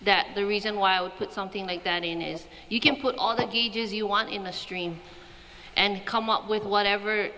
that the reason why i would put something like that in is you can put all the gauges you want in a stream and come up with whatever